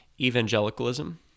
evangelicalism